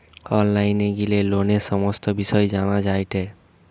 online গিলে লোনের সমস্ত বিষয় জানা যায়টে